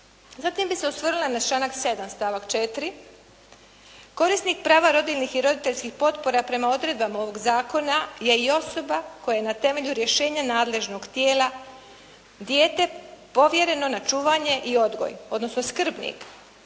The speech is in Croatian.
Zatim bi se osvrnula na članak 7. stavak 4., korisnik prava rodiljnih i roditeljskih potpora prema odredbama ovog zakona je i osoba koja na temelju rješenja nadležnog tijela dijete povjereno na čuvanje i odgoj, odnosno skrbnik,